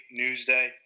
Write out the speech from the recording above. Newsday